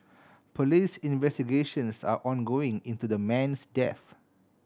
police investigations are ongoing into the man's death